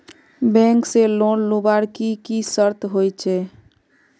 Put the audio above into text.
Bank से loan लुबार की की शर्त होचए?